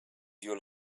you